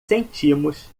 sentimos